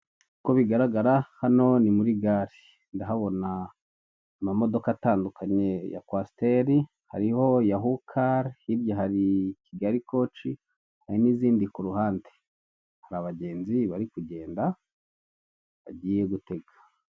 Uko bigaragara hano ni muri gare, ndahabona amamodoka atandukanye ya kwasiteri, nhariho yahu kari hirya hari kigali koci hari n'izindi kuruhande, hari abagenzi bari kugenda bagiye gutega.